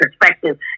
perspective